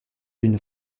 d’une